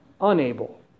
unable